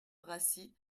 rassit